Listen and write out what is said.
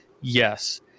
Yes